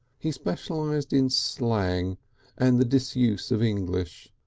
he specialised in slang and the disuse of english,